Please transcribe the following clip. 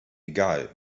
egal